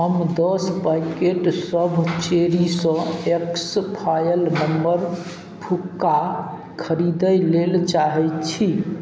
हम दस पैकेटसब चेरिस एक्सफायल नम्बर फुक्का खरिदै लेल चाहै छी